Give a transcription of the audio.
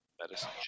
Medicine